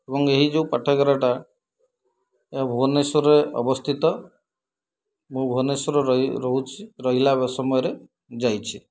ଏବଂ ଏହି ଯେଉଁ ପାଠାଗାରଟା ଏହା ଭୁବନେଶ୍ୱରରେ ଅବସ୍ଥିତ ମୁଁ ଭୁବନେଶ୍ୱର ରହି ରହୁଛି ରହିଲା ସମୟରେ ଯାଇଛି